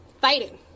fighting